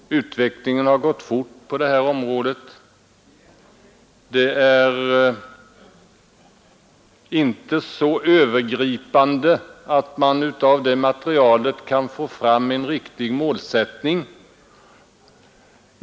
Utvecklingen har gått fort på det här området, och man kan av det tillgängliga materialet inte få fram en riktig målsättning.